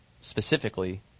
specifically